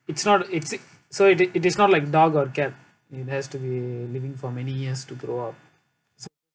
it's not it's so it is it is not like dog or cat it has to be living for many years to grow up